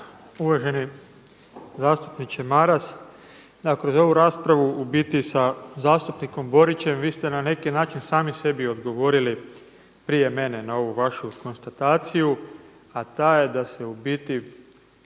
lijepa. Uvaženi zastupniče Maras, kroz ovu raspravu u biti sa zastupnikom Borićem vi ste na neki način sami sebi odgovorili prije mene na ovu vašu konstataciju a ta je da se u biti